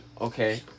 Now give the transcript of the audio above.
Okay